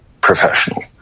professional